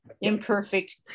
imperfect